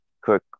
Cook